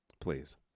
Please